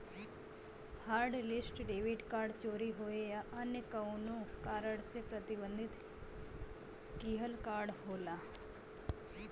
hotlist debit card चोरी होये या अन्य कउनो कारण से प्रतिबंधित किहल कार्ड होला